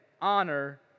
honor